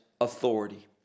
authority